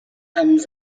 ens